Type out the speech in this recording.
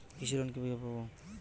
কৃষি লোন কিভাবে পাব?